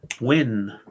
win